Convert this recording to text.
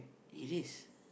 it is